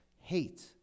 Hate